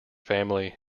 family